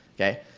okay